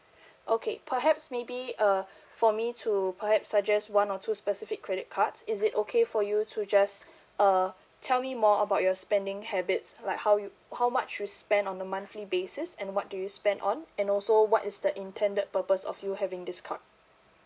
okay perhaps maybe uh for me to perhaps suggest one or two specific credit cards is it okay for you to just uh tell me more about your spending habits like how you how much you spend on a monthly basis and what do you spend on and also what is the intended purpose of you having this card